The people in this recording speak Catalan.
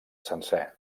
sencer